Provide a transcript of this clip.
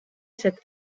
cet